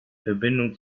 verbindung